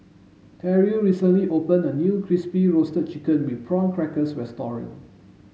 Terrill recently opened a new crispy roasted chicken with prawn crackers restaurant